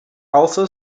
also